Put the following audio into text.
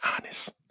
honest